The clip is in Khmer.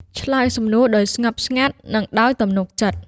ឆ្លើយសំណួរដោយស្ងប់ស្ងាត់ និងដោយទំនុកចិត្ត។